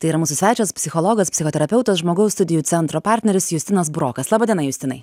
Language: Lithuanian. tai yra mūsų svečias psichologas psichoterapeutas žmogaus studijų centro partneris justinas burokas laba diena justinai